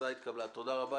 הצבעה בעד, 2 נגד,